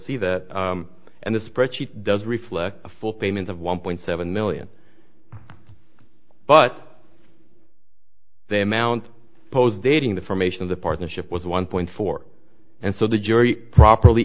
see that and the spreadsheet does reflect a full payment of one point seven million but the amount post dating the formation of the partnership was one point four and so the jury properly